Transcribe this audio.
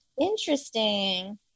Interesting